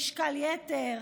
משקל יתר,